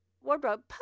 wardrobe